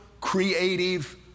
creative